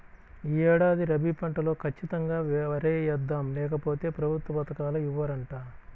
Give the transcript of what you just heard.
యీ ఏడాది రబీ పంటలో ఖచ్చితంగా వరే యేద్దాం, లేకపోతె ప్రభుత్వ పథకాలు ఇవ్వరంట